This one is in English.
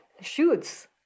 shoots